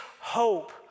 hope